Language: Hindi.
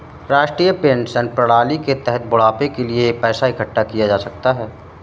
राष्ट्रीय पेंशन प्रणाली के तहत बुढ़ापे के लिए पैसा इकठ्ठा किया जा सकता है